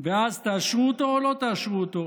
ואז תאשרו אותו או לא תאשרו אותו.